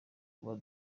kuko